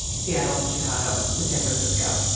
seattle, chicago and san francisco.